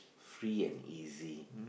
free and easy